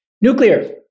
Nuclear